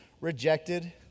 rejected